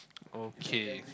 okay